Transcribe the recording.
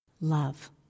Love